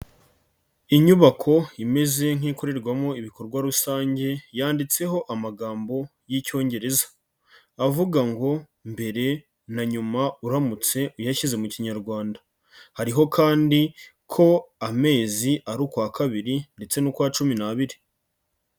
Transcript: Inyubako imeze nk'ikorerwamo ibikorwa rusange yanditseho amagambo y'Icyongereza, avuga ngo mbere na nyuma uramutse uyashyize mu Kinyarwanda, hariho kandi ko amezi ari ukwa kabiri ndetse n'ukwa cumi n'abiri.